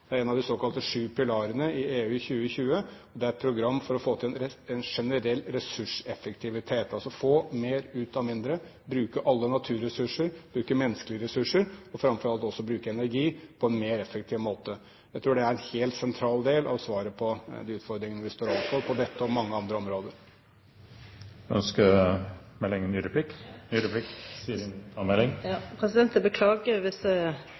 Det er en av de såkalte sju pilarene i EU 2020. Det er et program for å få til en generell ressurseffektivitet, altså å få mer ut av mindre, bruke alle naturressurser, bruke menneskelige ressurser og framfor alt å bruke energi på en mer effektiv måte. Jeg tror det er en helt sentral del av svaret på de utfordringene vi står overfor, på dette og mange andre områder. Jeg beklager hvis jeg overvurderer statsrådens evne til å svare i denne saken. Men jeg